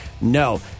no